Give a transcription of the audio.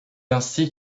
ainsi